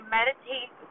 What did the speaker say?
meditate